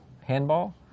Handball